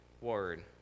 word